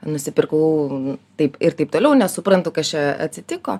nusipirkau taip ir taip toliau nesuprantu kas čia atsitiko